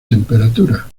temperatura